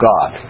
God